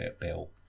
Bill